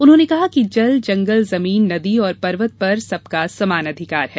उन्होंने कहा कि जल जंगल जमीन नदी और पर्वत पर सबका समान अधिकार है